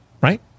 right